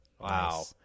Wow